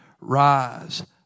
Rise